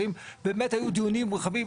היו דיונים רחבים,